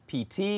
PT